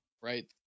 right